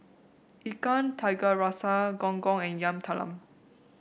Ikan Tiga Rasa Gong Gong and Yam Talam